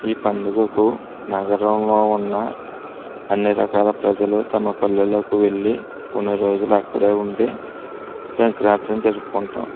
ఈ పండగకు నగరంలో ఉన్న అన్ని రకాల ప్రజలు తమ పల్లెలకు వెళ్ళి కొన్ని రోజులు అక్కడే ఉండి సంక్రాంతిని జరుపుకుంటాము